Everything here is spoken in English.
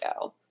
go